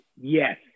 yes